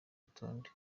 rutonde